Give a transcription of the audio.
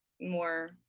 more